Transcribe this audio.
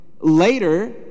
later